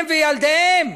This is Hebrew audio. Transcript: הם וילדיהם.